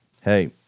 Hey